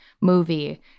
movie